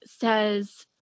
says